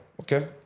okay